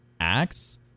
acts